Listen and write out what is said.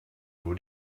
nur